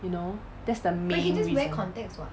you know that's the main reason